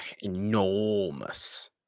enormous